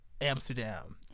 Amsterdam